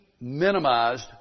minimized